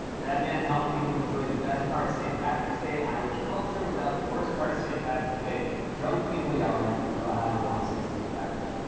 that man helped people enjoy the best part of st. patrick's day irish culture without the worst part of st. patrick's day drunk people yelling about how they're one sixteenth irish.